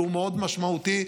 שהוא מאוד משמעותי,